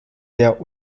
der